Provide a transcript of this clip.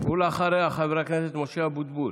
אחריה, חבר הכנסת משה אבוטבול.